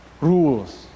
rules